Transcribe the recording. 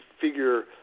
figure